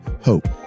hope